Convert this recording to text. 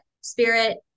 spirit